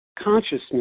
consciousness